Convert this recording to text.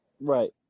Right